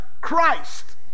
Christ